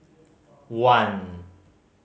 one